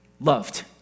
loved